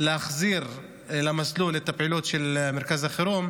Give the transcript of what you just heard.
להחזיר למסלול את הפעילות של מרכז החירום.